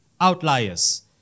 Outliers